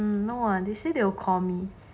no ah they say they will call me